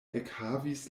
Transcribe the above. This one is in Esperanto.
ekhavis